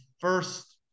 first